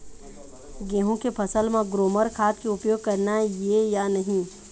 गेहूं के फसल म ग्रोमर खाद के उपयोग करना ये या नहीं?